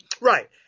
Right